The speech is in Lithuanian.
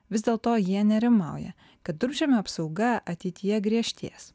vis dėl to jie nerimauja kad durpžemio apsauga ateityje griežtės